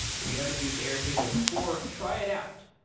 if you haven't used airtable before, try it out.